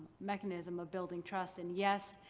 mechanism of building trust and yes,